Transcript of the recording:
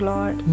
Lord